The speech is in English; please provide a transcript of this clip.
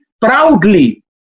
proudly